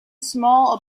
small